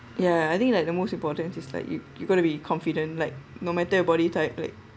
ya I think like the most important thing's like you you got to be confident like no matter your body type like